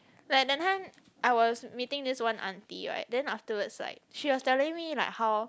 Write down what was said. like that time I was meeting this one auntie right then afterwards like she was telling me like how